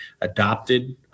adopted